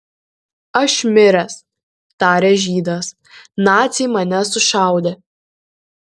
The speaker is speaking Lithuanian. aš miręs tarė žydas naciai mane sušaudė